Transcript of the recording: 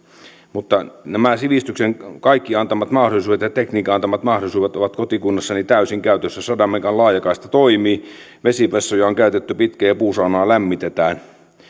mutta nämä kaikki sivistyksen antamat mahdollisuudet ja tekniikan antamat mahdollisuudet ovat kotikunnassani täysin käytössä sadan megan laajakaista toimii vesivessoja on käytetty pitkään ja puusaunaa lämmitetään